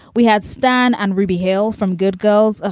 we had stan and ruby hill from good girls. ah